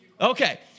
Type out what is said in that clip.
Okay